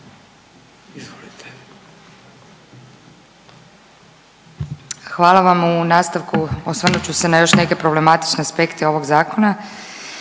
(NL)** Hvala vam. U nastavku osvrnut ću se na još neke problematične aspekte ovog Zakona